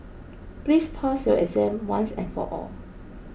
please pass your exam once and for all